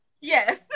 Yes